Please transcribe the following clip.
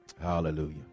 Hallelujah